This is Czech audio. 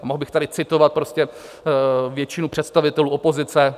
A mohl bych tady citovat většinu představitelů opozice.